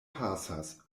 pasas